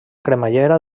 cremallera